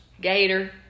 Gator